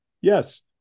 yes